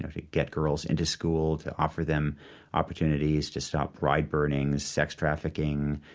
to get girls into school, to offer them opportunities, to stop bride burnings, sex trafficking,